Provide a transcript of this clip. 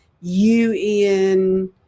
UN